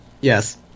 Yes